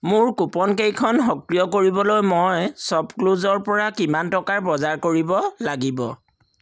মোৰ কুপনকেইখন সক্ৰিয় কৰিবলৈ মই শ্ব'পক্লুজৰ পৰা কিমান টকাৰ বজাৰ কৰিব লাগিব